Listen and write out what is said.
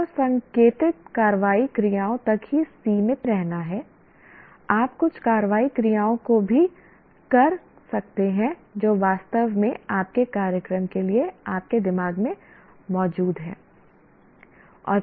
आपको संकेतित कार्रवाई क्रियाओं तक ही सीमित नहीं रहना है आप कुछ कार्रवाई क्रियाओं को भी कर सकते हैं जो वास्तव में आपके कार्यक्रम के लिए आपके दिमाग में मौजूद हैं